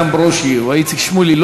איתן ברושי או איציק שמולי,